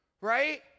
right